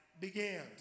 begins